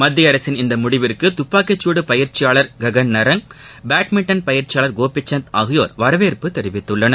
மத்திய அரசின் இந்த முடிவிற்கு துப்பாக்கிக்குடு பயிற்சியாளர் ககன் நரங் பேட்மிண்டன் பயிற்சியாளர் கோபிசந்த் ஆகியோர் வரவேற்பு தெரிவித்துள்ளனர்